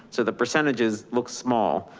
so the percentages looks small,